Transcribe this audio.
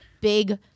big